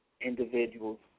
Individuals